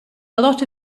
lot